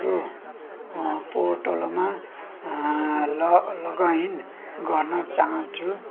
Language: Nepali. पो पोर्टलमा लग लगइन गर्न चाहन्छु